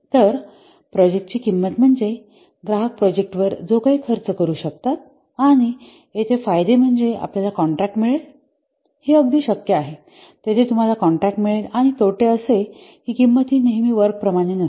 तर प्रोजेक्टची किंमत म्हणजे ग्राहक प्रोजेक्टवर जो काही खर्च करु शकतात आणि येथे फायदे म्हणजे आपल्याला कॉन्ट्रॅक्ट मिळेल हे अगदी शक्य आहे तेथे तुम्हाला कॉन्ट्रॅक्ट मिळेल आणि तोटे असे कि किंमत हि वर्क प्रमाणे नसते